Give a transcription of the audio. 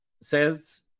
says